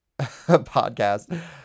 podcast